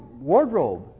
wardrobe